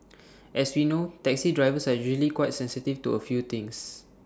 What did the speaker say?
as we know taxi drivers are usually quite sensitive to A few things